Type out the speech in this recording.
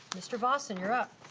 mr. vaussan, you're up.